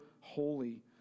holy